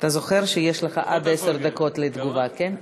אתה זוכר שיש לך עד עשר דקות לתגובה, כן?